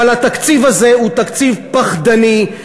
אבל התקציב הזה הוא תקציב פחדני,